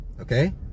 Okay